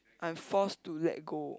I'm forced to let go